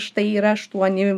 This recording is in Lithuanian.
štai yra aštuoni